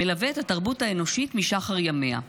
מלווה את התרבות האנושית משחר ימיה.